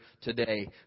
today